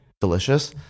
delicious